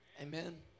Amen